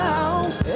House